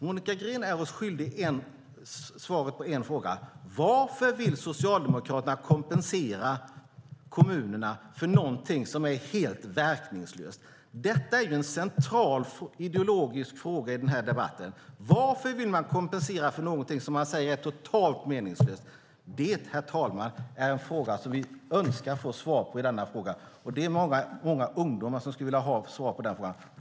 Monica Green är oss svaret skyldig: Varför vill Socialdemokraterna kompensera kommunerna för något som är helt verkningslöst? Det är en central ideologisk fråga i denna debatt. Varför vill ni kompensera för något som ni säger är totalt meningslöst? Denna fråga önskar vi och många ungdomar få svar på, herr talman.